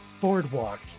boardwalk